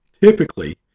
Typically